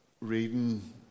reading